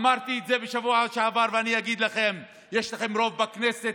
אמרתי את זה בשבוע שעבר ואני אגיד לכם: יש לכם רוב בכנסת,